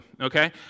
okay